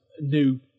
new